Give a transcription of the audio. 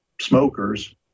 smokers